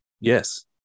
Yes